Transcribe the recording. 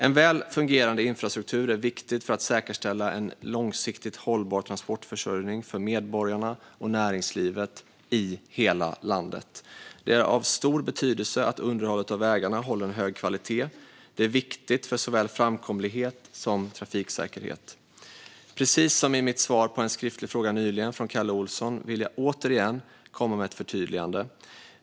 En väl fungerande infrastruktur är viktig för att säkerställa en långsiktigt hållbar transportförsörjning för medborgarna och näringslivet i hela landet. Det är av stor betydelse att underhållet av vägarna håller en hög kvalitet. Det är viktigt för såväl framkomlighet som trafiksäkerhet. Precis som i mitt svar på en skriftlig fråga nyligen från Kalle Olsson vill jag återigen komma med ett förtydligande.